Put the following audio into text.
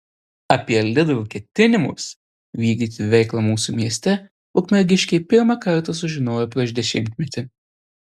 apie lidl ketinimus vykdyti veiklą mūsų mieste ukmergiškiai pirmą kartą sužinojo prieš dešimtmetį